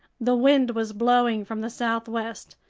the wind was blowing from the southwest,